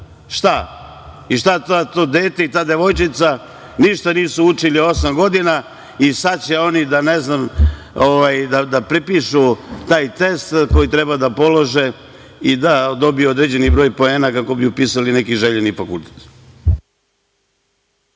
Šta? Šta to dete i ta devojčica ništa nisu učili osam godina i sada će oni da prepišu taj test koji treba da polože i da dobiju određeni broj poena kako bi upisali neki željeni fakultet.